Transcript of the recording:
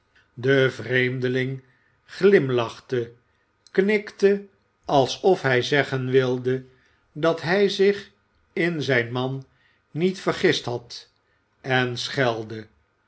de vreemdeling glimlachte knikte a'sof hij zeggen wilde dat hij zich in zijn man niet vergist had en schelde